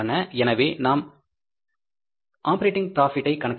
எனவே நாம் ஆப்பரேட்டிங் ப்ராபிட்கணக்கிடுவோம்